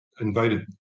invited